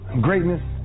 greatness